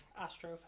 Astro